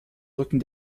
rücken